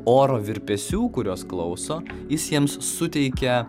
oro virpesių kuriuos klauso jis jiems suteikia